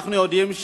אנחנו יודעים,